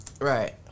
Right